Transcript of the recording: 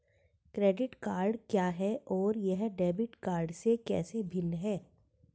Credit card क्या है और यह डेबिट कार्ड से कैसे भिन्न है?